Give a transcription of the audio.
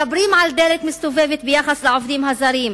מדברים על דלת מסתובבת ביחס לעובדים הזרים,